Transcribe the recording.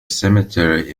cemetery